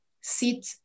sit